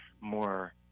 more